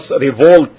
revolt